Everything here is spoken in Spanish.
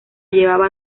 llevaba